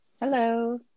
Hello